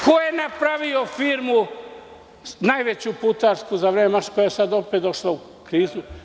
Ko je napravio firmu najveću putarsku koja je sada opet došla u krizu?